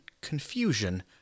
confusion